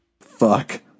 Fuck